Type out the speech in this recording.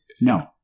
No